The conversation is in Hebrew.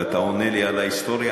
ואתה עונה לי על ההיסטוריה.